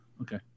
Okay